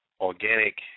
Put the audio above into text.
organic